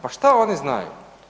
Pa što oni znaju?